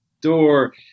door